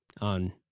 on